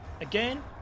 Again